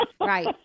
right